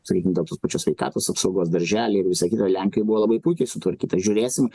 sakykim dėl tos pačios sveikatos apsaugos daržely ir visa kita lenkijoj buvo labai puikiai sutvarkyta žiūrėsim